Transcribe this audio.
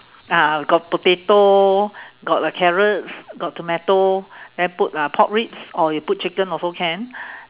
ah got potato got the carrots got tomato and then put uh pork ribs or you put chicken also can